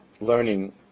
learning